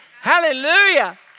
Hallelujah